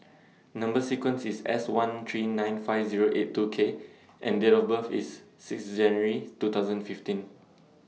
Number sequence IS S one three nine five Zero eight two K and Date of birth IS six January two thousand and fifteen